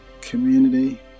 community